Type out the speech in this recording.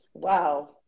Wow